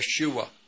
Yeshua